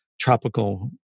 tropical